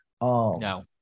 no